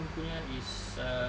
punya is a